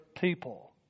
people